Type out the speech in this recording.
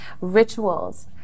rituals